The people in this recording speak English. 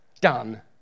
done